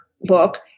book